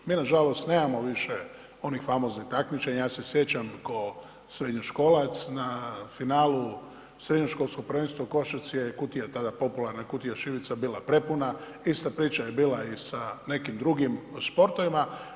Mi nažalost nemamo više onih famoznih takmičenja, ja se sjećam ko srednjoškolac na finalu srednjoškolskog prvenstva u košarci Kutija tada popularna „Kutija šibica“ bila prepuna, ista priča je bila i sa nekim drugim sportovima.